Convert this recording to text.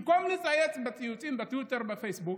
במקום לצייץ ציוצים בטוויטר, בפייסבוק,